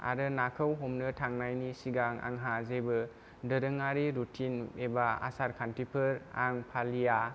आरो नाखौ हमनो थांनायनि सिगां आंहा जेबो दोरोङारि रुतिन एबा दोरोङारि आसारखान्थिफोर आं फालिया